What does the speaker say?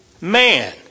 man